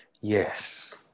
Yes